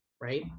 right